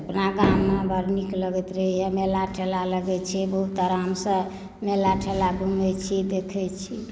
अपना गाममे बड निक लगैत रहैया मेला ठेला लगै छै बहुत आराम सॅं मेला ठेला घुमै छी देखै छी